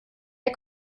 der